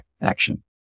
action